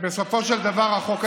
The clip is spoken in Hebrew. ובסופו של דבר החוק הזה מגיע לכאן,